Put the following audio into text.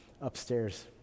upstairs